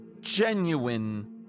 genuine